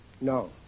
No